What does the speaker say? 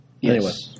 Yes